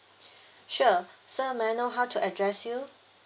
sure sir may I know how to address you